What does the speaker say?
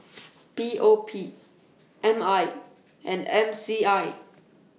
P O P M I and M C I